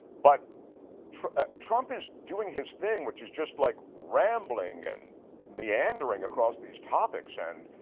but trump is doing his thing, which is just like rambling and meandering across these topics and